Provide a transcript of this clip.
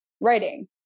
writing